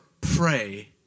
pray